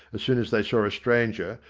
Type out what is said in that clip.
soon as they saw a stranger,